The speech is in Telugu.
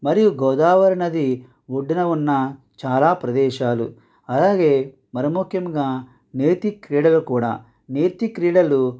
మరియు గోదావరి నది ఒడ్డున ఉన్న చాలా ప్రదేశాలు అలాగే మరి ముఖ్యంగా నేటిక్ క్రీడలు కూడా నేటిక్ క్రీడలు